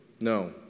no